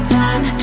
time